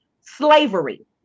slavery